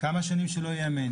כמה שנים שהוא מאמן,